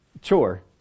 chore